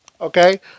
Okay